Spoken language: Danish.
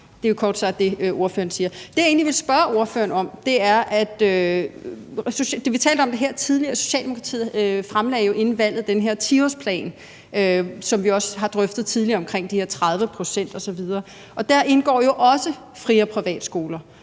Det er kort sagt det, ordføreren siger. Det, jeg egentlig vil spørge ordføreren om, er noget andet. Socialdemokratiet fremlagde inden valget den her 10-årsplan, som vi også tidligere har drøftet i forbindelse med de her 30 pct. osv., og der indgår jo også fri- og privatskoler.